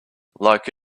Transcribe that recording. like